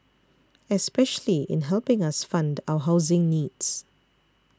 especially in helping us fund our housing needs